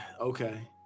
okay